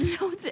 No